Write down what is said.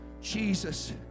Jesus